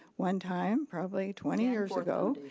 one time probably twenty years ago.